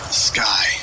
sky